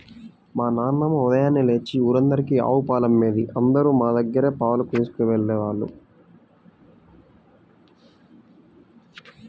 మా నాన్నమ్మ ఉదయాన్నే లేచి ఊరందరికీ ఆవు పాలమ్మేది, అందరూ మా దగ్గరే పాలు తీసుకెళ్ళేవాళ్ళు